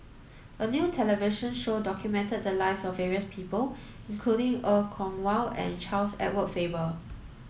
a new television show documented the lives of various people including Er Kwong Wah and Charles Edward Faber